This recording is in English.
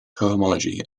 cohomology